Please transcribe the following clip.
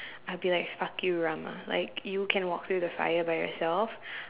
I'll be like fuck you Rama like you can walk through the fire by yourself